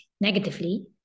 negatively